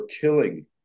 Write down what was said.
killing